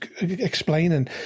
explaining